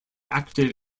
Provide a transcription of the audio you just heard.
active